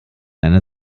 einer